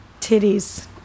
titties